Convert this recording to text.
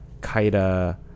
Kaida